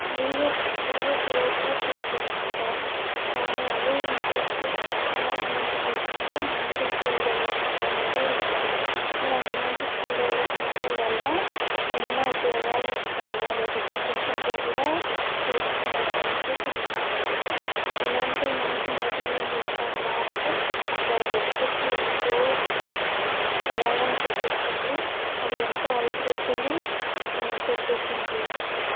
leisure p leisure పీరియడ్స్లో నేర్పిస్తుంటారు కానీ అదే ఇంట్రెస్ట్ చిన్నప్పటి నుంచి పెంచుకుంటే మంచి స్కిల్ డెవలప్మెంట్ అనేది ఉంటుంది ఇలాంటి మంచి స్కిల్ డెవలప్మెంట్ వల్ల ఎన్నో ఉపయోగాలు ఉంటాయి అదొక ప్రొఫెషన్గా కూడా చేసుకునే ఛాన్సెస్ ఉన్నాయి అన్నమాట ఇలాంటివి మంచి నైపుణ్యం కలిగిన క్రాఫ్ట్ ఒక వ్యక్తికి ఎంతో ప్రభావం చూపిస్తుంది అది ఎంతో అభివృద్ధిని ఈ తెప్పిస్తుంది